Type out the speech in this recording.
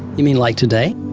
you mean, like, today?